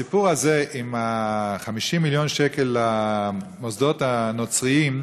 הסיפור הזה עם 50 מיליון השקל למוסדות הנוצריים,